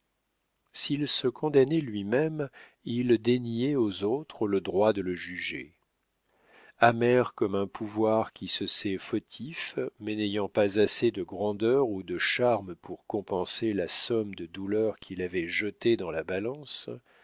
s'il se condamnait lui-même il déniait aux autres le droit de le juger amer comme un pouvoir qui se sait fautif mais n'ayant pas assez de grandeur ou de charme pour compenser la somme de douleur qu'il avait jetée dans la balance